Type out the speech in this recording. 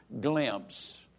glimpse